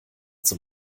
zum